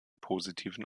positiven